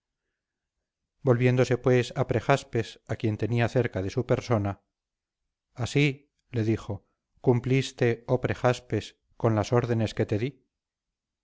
volviéndose pues a prejaspes a quien tenía cerca de su persona así le dijo cumpliste oh prejaspes con las órdenes que te di